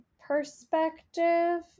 perspective